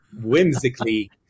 whimsically